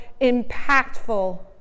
impactful